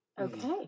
Okay